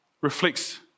reflects